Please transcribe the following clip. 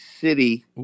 City